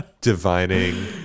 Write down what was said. divining